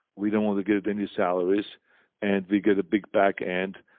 we don't want to get any salaries and we get a big backend.